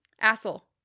Asshole